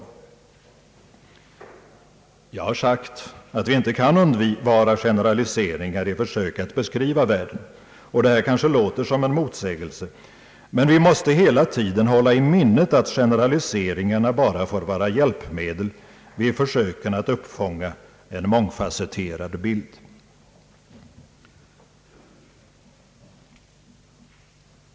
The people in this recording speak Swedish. Jag har sagt att vi inte kan undvara generaliseringar i försök att beskriva världen, och det här kanske låter som en motsägelse. Men vi måste hela tiden hålla i minnet att generaliseringarna bara får vara hjälpmedel vid försöken att uppfånga den mångfasetterade bilden.